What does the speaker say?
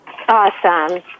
awesome